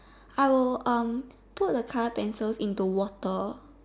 I will um put the color pencil in the water